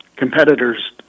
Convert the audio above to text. competitors